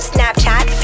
Snapchat